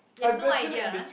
you have no idea